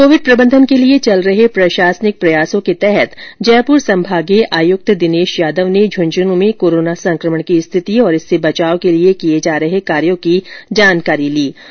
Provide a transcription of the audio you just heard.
Covid प्रबंधन के लिए चल रहे प्रशासनिक प्रयासों के तहत जयपूर संभागीय आयुक्त दिनेश यादव ने इंझनू में कोरोना संकमण की स्थिति और इससे बचाव के लिए किए जा रहे कार्यो की जानकारी लीं